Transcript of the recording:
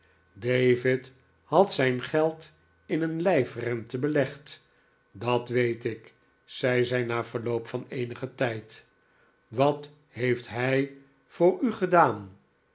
david had zijn geld in een lijfrente belegd dat weet ik zei zij na verloop van eenigen tijd wat heeft hij voor u gedaan